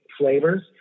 Flavors